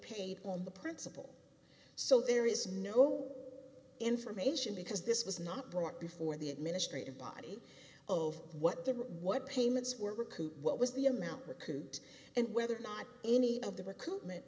paid on the principle so there is no information because this was not brought before the administrative body of what did what payments were recouped what was the amount recouped and whether or not any of the recruitment